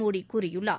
மோடி கூறியுள்ளார்